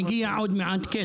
זה היה בתוך כפר